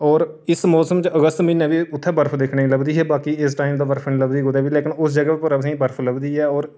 होर इस मौसम च अगस्त म्हीनै बी उत्थै बर्फ दिक्खने गी लभदी ही बाकी इस टाइम ते बर्फ नेईं लभदी कुतै बी लेकिन उस जगह पर असेंगी बर्फ लभदी ऐ होर